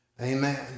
Amen